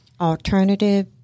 alternative